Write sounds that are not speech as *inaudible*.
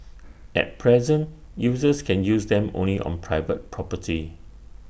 *noise* at present users can use them only on private property